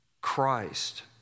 Christ